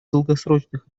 долгосрочных